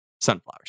Sunflowers